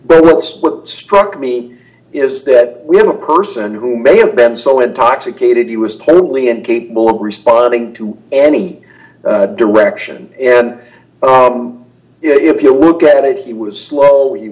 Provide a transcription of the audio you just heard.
but what's what struck me is that we have a person who may have been so intoxicated he was totally incapable of responding to any direction and if you look at it he was slow he